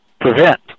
prevent